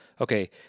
okay